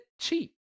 cheap